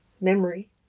Memory